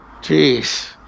Jeez